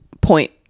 point